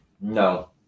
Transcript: No